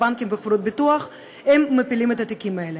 רבותי, אני מבקשת שקט באולם.